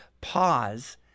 pause